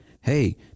hey